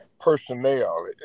personnel